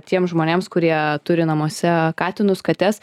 tiems žmonėms kurie turi namuose katinus kates